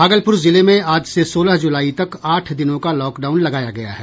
भागलपुर जिले में आज से सोलह जुलाई तक आठ दिनों का लॉकडाउन लगाया गया है